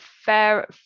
fair